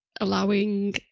allowing